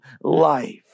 life